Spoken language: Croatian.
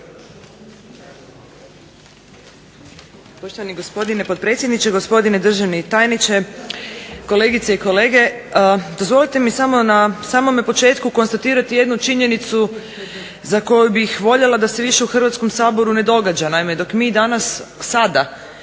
Poštovani gospodine potpredsjedniče, gospodine državni tajniče, kolegice i kolege. Dozvolite mi samo na samome početku konstatirati jednu činjenicu za koju bih voljela da se više u Hrvatskom saboru ne događa. Naime, dok mi danas, sada